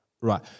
Right